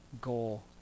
goal